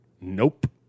Nope